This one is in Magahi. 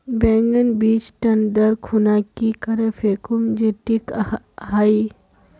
बैगन बीज टन दर खुना की करे फेकुम जे टिक हाई?